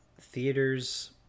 theaters